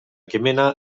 kemena